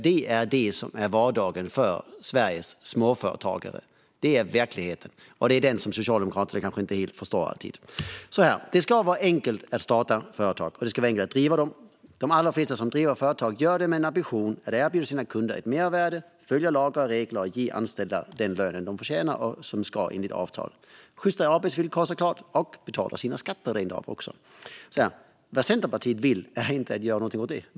Det är detta som är vardagen för Sveriges småföretagare. Det är verkligheten, och det är den som Socialdemokraterna kanske inte alltid helt förstår. Det ska vara enkelt att starta företag, och det ska vara enkelt att driva dem. De allra flesta som driver företag gör det med en ambition att erbjuda sina kunder ett mervärde, följa lagar och regler, ge anställda den lön de förtjänar, som ska vara enligt avtal, och sjysta arbetsvillkor, såklart, samt betala sina skatter. Vad Centerpartiet vill är inte att göra något åt detta.